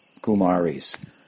Kumaris